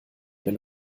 wenn